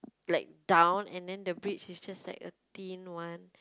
like down and then the bridge is just like a thin one